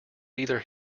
either